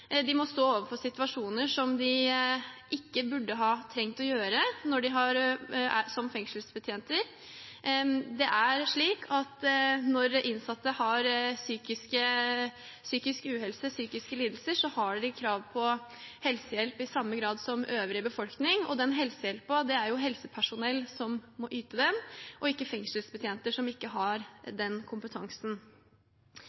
de ansatte, som har en svært krevende arbeidshverdag. De må stå overfor situasjoner de som fengselsbetjenter ikke burde ha stått i. Når innsatte har psykisk uhelse, psykiske lidelser, har de krav på helsehjelp i samme grad som øvrig befolkning. Den helsehjelpen er det helsepersonell som må yte, ikke fengselsbetjenter, som ikke har